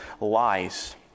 lies